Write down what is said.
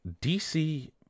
DC